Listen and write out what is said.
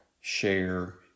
share